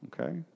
okay